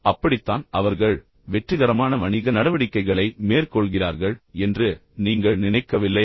அப்படித்தான் அவர்கள் வெற்றிகரமான வணிக நடவடிக்கைகளை மேற்கொள்கிறார்கள் என்று நீங்கள் நினைக்கவில்லையா